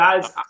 Guys